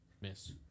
Miss